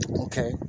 Okay